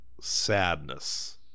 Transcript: sadness